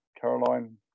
Caroline